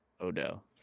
Odell